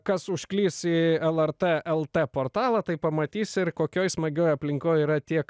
kas užklys į lrt lt portalą tai pamatys ir kokioj smagioj aplinkoj yra tiek